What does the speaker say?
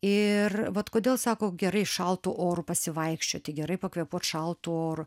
ir vat kodėl sako gerai šaltu oru pasivaikščioti gerai pakvėpuot šaltu oru